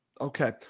Okay